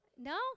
no